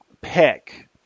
pick